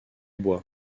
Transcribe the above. bois